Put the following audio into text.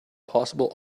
possible